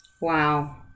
wow